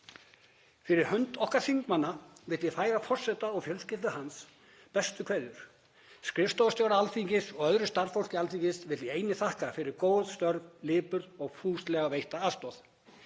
Fyrir hönd okkar þingmanna vil ég færa forseta og fjölskyldu hans bestu kveðjur. Skrifstofustjóra Alþingis og öðru starfsfólki Alþingis vil ég einnig þakka fyrir góð störf, lipurð og fúslega veitta aðstoð.